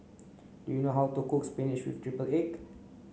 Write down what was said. do you know how to cook spinach with triple egg